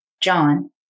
John